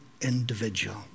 individual